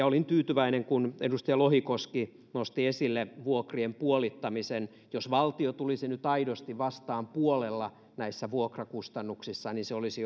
olin tyytyväinen kun edustaja lohikoski nosti esille vuokrien puolittamisen jos valtio tulisi nyt aidosti vastaan puolella näissä vuokrakustannuksissa niin se olisi